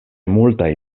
multaj